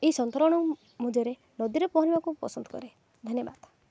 ଏହି ସନ୍ତରଣ ମଧ୍ୟରେ ନଦୀରେ ପହଁରିବାକୁ ପସନ୍ଦ କରେ ଧନ୍ୟବାଦ